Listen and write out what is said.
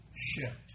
shift